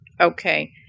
Okay